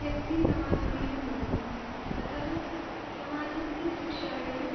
व्यक्तिसमागमेन भवति अतः समाजस्य शिक्षायाः